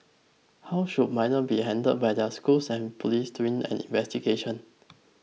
how should minors be handled by their schools and police during an investigation